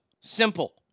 Simple